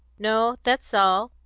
no that's all.